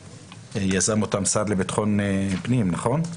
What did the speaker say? יזם אותם המשרד לביטחון פנים, נכון?